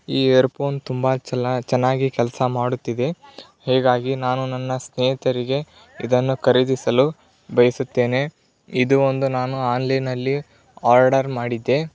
year phone ತುಂಬ ಚಲ್ಲಾ ಚೆನ್ನಾಗಿ ಕೆಲಸ ಮಾಡುತ್ತಿದೆ ಹೀಗಾಗಿ ನಾನು ನನ್ನ ಸ್ನೇಹಿತರಿಗೆ ಇದನ್ನು ಖರೀದಿಸಲು ಬಯಸುತ್ತೇನೆ ಇದು ಒಂದು ನಾನು ಆನ್ಲೈನಲ್ಲಿ ಆರ್ಡರ್ ಮಾಡಿದ್ದೆ